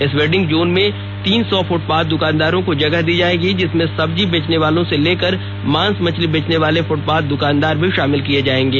इस vending zone में तीन सौ फुटपाथ दुकानदारों को जगह दी जाएगी जिसमें सब्जी बेचने वालों से लेकर मांस मछली बेचने वाले फ्टपाथ द्वानदार भी शामिल किए जाएंगे